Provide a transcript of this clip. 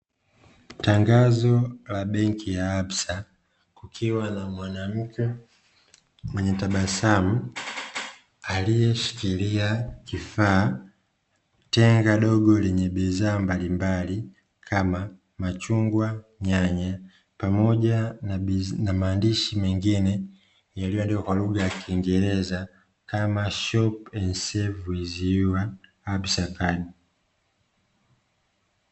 Tangazo la benki ya absa, kukiwa na mwanamke mwenye tabasamu aliyeshikilia kifaa, tenga dogo lenye bidhaa mbalimbali, kama machungwa, nyanya pamoja na maandishi mengine, yaliyoandikwa kwa kugha ya kiingereza kama "Shop and save with your absa card".